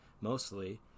mostly